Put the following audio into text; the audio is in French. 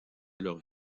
leurs